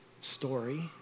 story